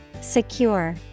Secure